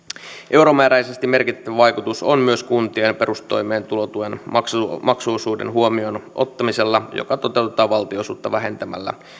euromääräisesti merkittävä vaikutus on myös kuntien perustoimeentulotuen maksuosuuden maksuosuuden huomioon ottamisella joka toteutetaan valtionosuutta vähentämällä